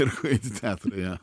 nėr ko eit į teatrą jo